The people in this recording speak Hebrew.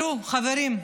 הוא מטפל בהחזרת חטופים.